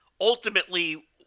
ultimately